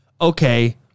Okay